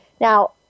Now